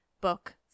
Book